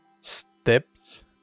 steps